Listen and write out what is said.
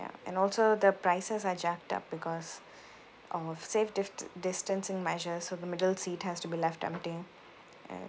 and also the prices are jacked up because of safe-dis~ distancing measures so the middle seat has to be left empty and